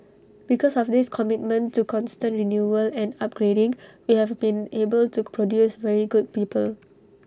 because of this commitment to constant renewal and upgrading we have been able to produce very good people